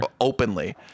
openly